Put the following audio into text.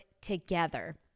together